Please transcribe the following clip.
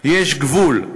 יש גבול,